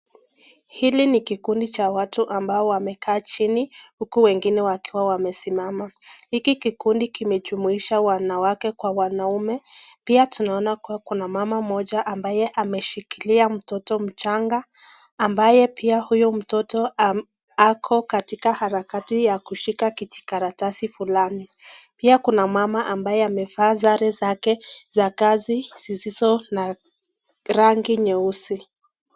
Hiki ni kikundi cha watu ambao wamekaa chini uku wengine wakiwa wamesimama. Hiki kikundi kimejumulisha wanawake kwa wanaume, pia tunona kuwa kuna mama moja ambaye ameshikilia mtoto mchanga, ambaye pia huyo mtoto ako katika harakati ya kushika kijikaratasi fulani. Pia kuna mama ambaye amevaa sare zake za kazi zisizo na rangi nyeusi.